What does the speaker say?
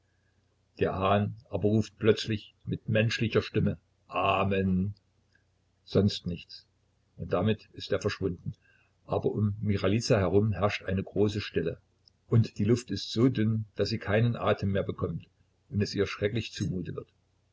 der hahn aber ruft plötzlich mit menschlicher stimme amen sonst nichts und dann ist er verschwunden aber um michailiza herum herrscht eine große stille und die luft ist so dünn daß sie keinen atem mehr bekommt und es ihr schrecklich zumute wird